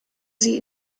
sie